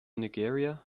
nigeria